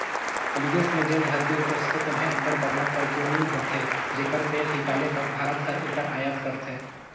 बिदेस में जेन हरदी उपजथे तेम्हें अब्बड़ बगरा करक्यूमिन होथे जेकर तेल हिंकाले बर भारत हर एकर अयात करथे